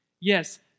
Yes